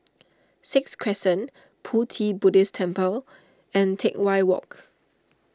Sixth Crescent Pu Ti Buddhist Temple and Teck Whye Walk